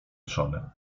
trzony